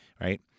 Right